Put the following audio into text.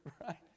right